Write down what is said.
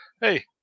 hey